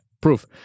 proof